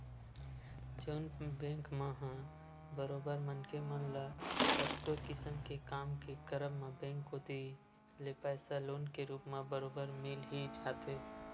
जउन बेंक मन ह बरोबर मनखे मन ल कतको किसम के काम के करब म बेंक कोती ले पइसा लोन के रुप म बरोबर मिल ही जाथे